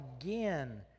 again